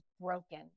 broken